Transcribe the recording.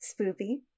Spoopy